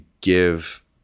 give